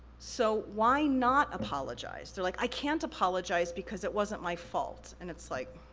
so, why not apologize? they're like, i can't apologize, because it wasn't my fault. and it's like.